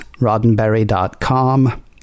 Roddenberry.com